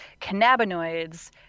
cannabinoids